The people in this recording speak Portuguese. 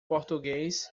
português